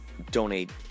donate